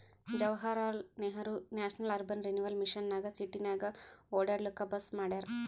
Jawaharlal Nehru national urban renewal mission ನಾಗ್ ಸಿಟಿನಾಗ್ ಒಡ್ಯಾಡ್ಲೂಕ್ ಬಸ್ ಮಾಡ್ಯಾರ್